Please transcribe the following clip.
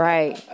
Right